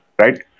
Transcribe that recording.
right